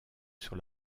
sur